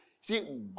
See